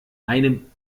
einem